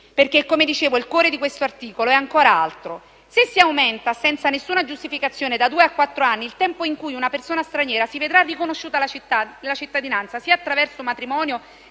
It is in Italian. perché come dicevo il cuore di questo articolo è ancora un altro. Se si aumenta senza nessuna giustificazione, da due a quattro anni, il tempo in cui una persona straniera si vedrà riconosciuta la cittadinanza, sia attraverso il matrimonio